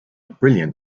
brilliant